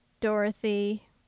Dorothy